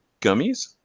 gummies